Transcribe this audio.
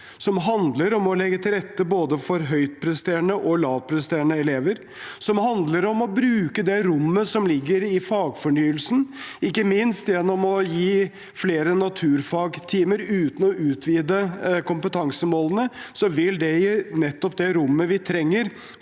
som handler om å legge til rette for både høyt presterende og lavt presterende elever, og som handler om å bruke det rommet som ligger i fagfornyelsen. Ikke minst gjennom å gi flere naturfagstimer uten å utvide kompetansemålene vil det gi det rommet vi trenger